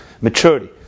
Maturity